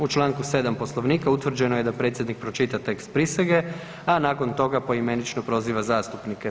U čl. 7. Poslovnika utvrđeno je predsjednik pročita tekst prisege, a nakon toga poimenično proziva zastupnike.